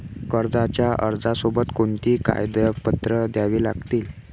कर्जाच्या अर्जासोबत कोणती कागदपत्रे द्यावी लागतील?